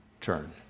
turn